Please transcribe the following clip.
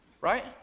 right